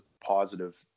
positive